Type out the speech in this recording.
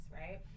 right